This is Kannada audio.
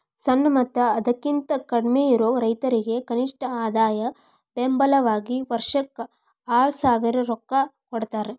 ಸಣ್ಣ ಮತ್ತ ಅದಕಿಂತ ಕಡ್ಮಿಯಿರು ರೈತರಿಗೆ ಕನಿಷ್ಠ ಆದಾಯ ಬೆಂಬಲ ವಾಗಿ ವರ್ಷಕ್ಕ ಆರಸಾವಿರ ರೊಕ್ಕಾ ಕೊಡತಾರ